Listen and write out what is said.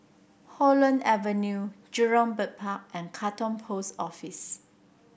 Holland Avenue Jurong Bird Park and Katong Post Office